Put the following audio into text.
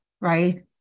right